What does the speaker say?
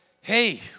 hey